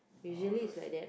uh all those